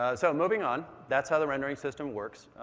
ah so moving on, that's how the rendering system works.